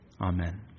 Amen